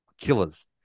killers